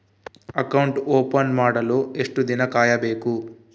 Account open ಮಾಡಲು ಎಷ್ಟು ದಿನ ಕಾಯಬೇಕು?